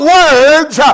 words